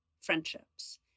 friendships